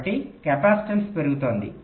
కాబట్టి కెపాసిటెన్స్ పెరుగుతోంది